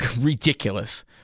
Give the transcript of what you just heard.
ridiculous